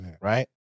right